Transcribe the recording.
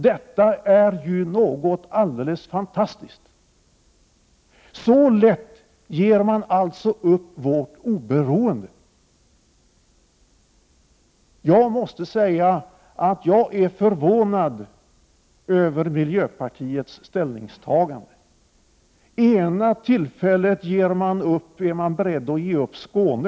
Detta är ju något alldeles fantastiskt. Så lätt ger man alltså upp vårt oberoende. Jag är förvånad över miljöpartiets ställningstagande. Vid ena tillfället är man beredd att ge upp Skåne.